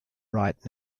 right